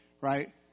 right